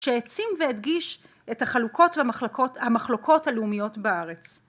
שהעצים והדגיש את החלוקות והמחלוקות הלאומיות בארץ